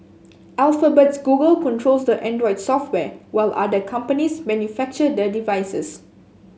Alphabet's Google controls the Android software while other companies manufacture the devices